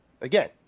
Again